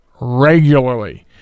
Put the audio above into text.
regularly